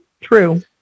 True